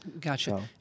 Gotcha